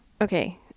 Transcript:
okay